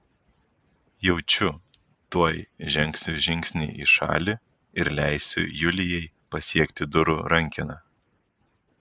jaučiu tuoj žengsiu žingsnį į šalį ir leisiu julijai pasiekti durų rankeną